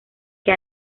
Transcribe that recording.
que